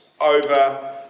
over